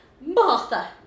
Martha